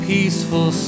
Peaceful